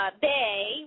Bay